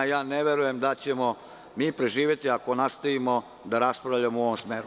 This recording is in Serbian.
Ja ne verujem da ćemo mi preživeti ako nastavimo da raspravljamo u ovom smeru.